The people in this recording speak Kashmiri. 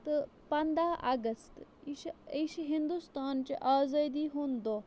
تہٕ پنٛداہ اَگست یہِ چھِ یہِ چھِ ہِندوستانچہِ آزٲدی ہُنٛد دۄہ